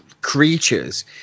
creatures